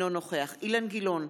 אינו נוכח אילן גילאון,